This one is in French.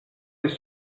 les